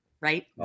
right